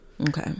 Okay